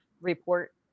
report